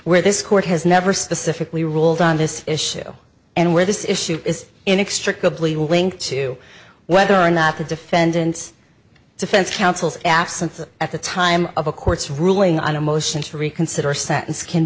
where this court has never specifically ruled on this issue and where this issue is inextricably linked to whether or not the defendants defense counsel's absence at the time of a court's ruling on a motion to reconsider